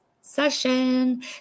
session